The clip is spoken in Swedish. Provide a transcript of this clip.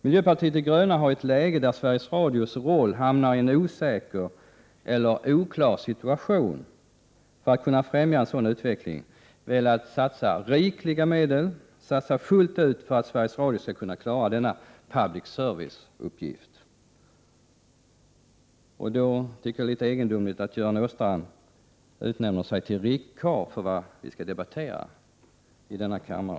Miljöpartiet de gröna har, i ett läge där Sveriges Radios roll blivit osäker eller oklar, velat satsa rikliga medel för att kunna främja en sådan utveckling. Miljöpartiet vill satsa fullt ut för att Sveriges Radio skall kunna klara denna public service-uppgift. Jag tycker då att det är litet egendomligt att Göran Åstrand utnämner sig till riktkarl för det vi skall debattera i denna kammare.